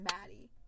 Maddie